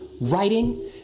writing